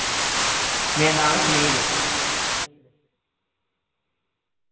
मेरा नाम ऐ सुनील